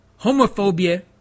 homophobia